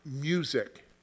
music